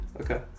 Okay